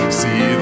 see